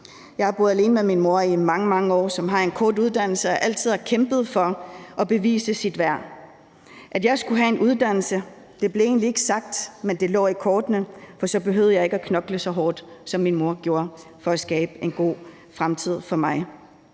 Jeg har boet alene med min mor i mange, mange år – min mor, som har en kort uddannelse og altid har kæmpet for at bevise sit værd. At jeg skulle have en uddannelse, blev egentlig ikke sagt, men det lå i kortene, for så behøvede jeg ikke at knokle så hårdt, som min mor gjorde for at skabe en god fremtid for mig.